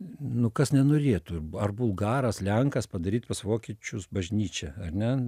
nu kas nenorėtų ar bulgaras lenkas padaryt pas vokiečius bažnyčią ar ne